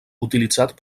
utilitzat